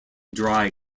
dry